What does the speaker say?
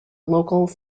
local